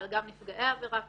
אבל גם נפגעי עבירה כמובן.